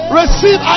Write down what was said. receive